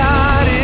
God